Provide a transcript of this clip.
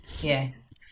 Yes